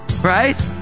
right